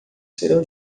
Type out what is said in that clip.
serão